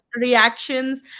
reactions